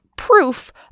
proof